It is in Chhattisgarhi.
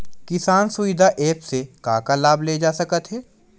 किसान सुविधा एप्प से का का लाभ ले जा सकत हे?